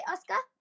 Oscar